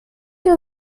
are